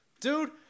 Dude